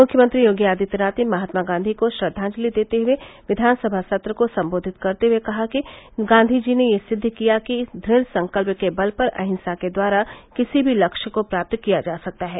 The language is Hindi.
मुख्यमंत्री योगी आदित्यनाथ ने महात्मा गांधी को श्रद्वांजलि देते हुये विधानसभा सत्र को सम्बोधित करते हुये कहा कि गांधी जी ने यह सिद्द किया कि दृढ़ संकल्प के बल पर अहिंसा के द्वारा किसी भी लक्ष्य को प्राप्त किया जा सकता है